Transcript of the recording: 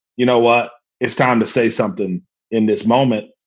you know what? it's time to say something in this moment.